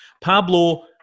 Pablo